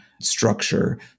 structure